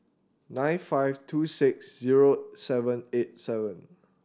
nine five two six zero seven eight seven